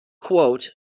quote